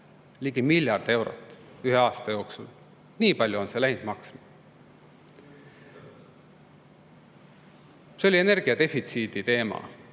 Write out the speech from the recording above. üle miljardi euro ühe aasta jooksul. Nii palju on see läinud maksma. See oli energia defitsiidi teema.